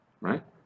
right